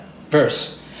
verse